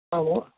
ಹೌದು